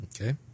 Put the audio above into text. Okay